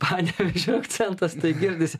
panevėžio akcentas tai girdisi